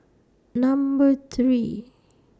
Number three